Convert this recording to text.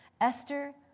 Esther